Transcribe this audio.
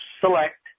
select